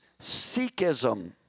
Sikhism